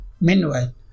Meanwhile